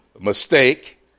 mistake